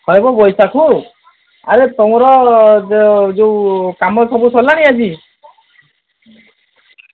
କହିବ ତାକୁ ଆରେ ତୁମର ଯୋଉ କାମ ସବୁ ସରିଲାଣି ଆଜି